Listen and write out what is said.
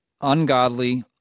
ungodly